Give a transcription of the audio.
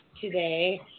today